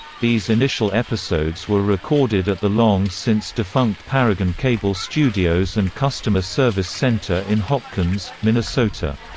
these initial episodes were recorded at the long since-defunct paragon cable studios and customer service center in hopkins, minnesota.